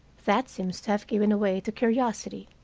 that seems to have given away to curiosity,